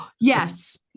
Yes